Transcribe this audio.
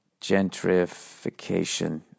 gentrification